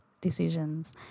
decisions